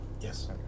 Yes